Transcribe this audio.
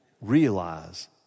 realize